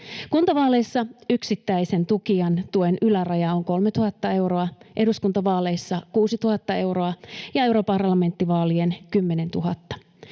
Kuntavaaleissa yksittäisen tukijan tuen yläraja on 3 000 euroa, eduskuntavaaleissa 6 000 euroa ja europarlamenttivaaleissa 10 000.